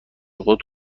خود